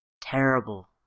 Terrible